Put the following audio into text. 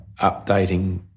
updating